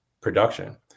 production